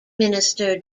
minister